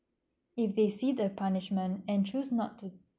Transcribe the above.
if they see the punishment and choose not to